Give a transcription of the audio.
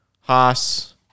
Haas